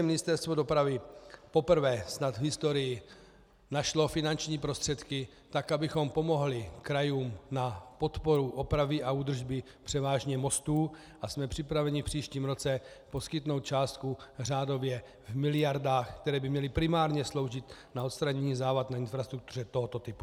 Ministerstvo dopravy poprvé snad v historii našlo finanční prostředky tak, abychom pomohli krajům na podporu opravy a údržby převážně mostů, a jsme připraveni v příštím roce poskytnout částku řádově v miliardách, které by měly primárně sloužit na odstranění závad na infrastruktuře tohoto typu.